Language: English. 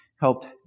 helped